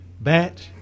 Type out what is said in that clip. Batch